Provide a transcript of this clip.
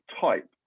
type